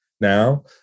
now